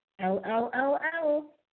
L-L-L-L